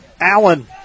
Allen